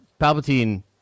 Palpatine